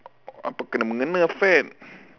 apa kene mengene fat